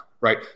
right